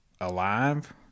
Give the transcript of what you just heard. alive